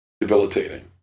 debilitating